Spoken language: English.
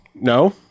No